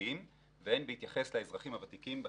החוץ-ביתיים והן בהתייחס לאזרחים הוותיקים בקהילה.